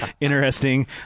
interesting